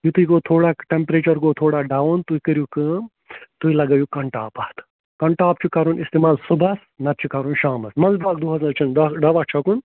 یُتھُے گوٚو تھوڑا ٹَمپریچَر گوٚو تھوڑا ڈاوُن تُہۍ کٔرِو کٲم تُہۍ لَگٲیِو کَنٹاپ اَتھ کَنٹاپ چھُ کَرُن اِستعمال صُبحَس نَتہٕ چھُ کَرُن شامَس منٛز باگ دۄہَس نہٕ حظ چھُنہٕ دَ دوا چھَکُن